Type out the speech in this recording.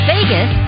Vegas